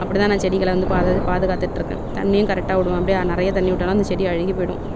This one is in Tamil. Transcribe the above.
அப்படித்தான் நான் செடிகளை வந்து பாதுகாத்து பாதுகாத்துட்டுருக்கேன் தண்ணியும் கரெட்டாக விடுவே அப்படியே நிறைய தண்ணி விட்டனா அந்த செடி அழுகி போய்டும்